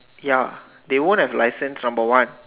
ya they won't have license number one